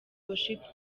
worship